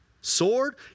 sword